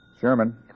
Sherman